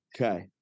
Okay